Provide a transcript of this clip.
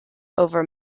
over